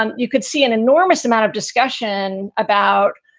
um you could see an enormous amount of discussion about